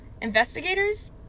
investigators